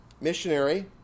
missionary